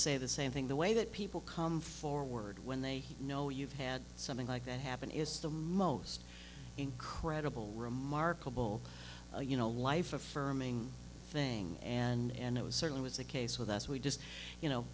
say the same thing the way that people come forward when they know you've had something like that happen it's the most incredible remarkable you know life affirming thing and it was certainly was the case with us we just you know